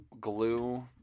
glue